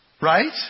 Right